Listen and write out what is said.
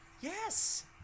yes